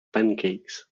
pancakes